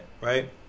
right